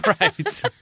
Right